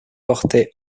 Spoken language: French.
portaient